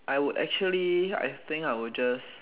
I would actually I think I would just